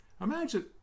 Imagine